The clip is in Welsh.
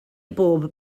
bob